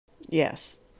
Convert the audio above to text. Yes